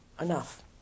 enough